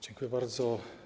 Dziękuję bardzo.